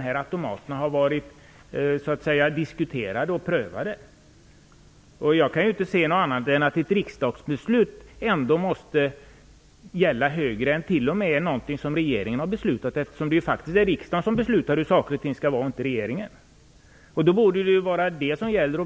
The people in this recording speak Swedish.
här automaterna är diskuterade och prövade. Ett riksdagsbeslut måste väl ändå gälla högre än något som regeringen har beslutat eftersom det faktiskt är riksdagen som beslutar hur saker och ting skall vara och inte regeringen. Då borde det ju vara det som gäller.